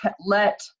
let